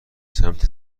سمت